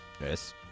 Yes